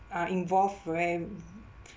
uh involve